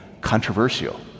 controversial